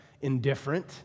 indifferent